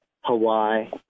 Hawaii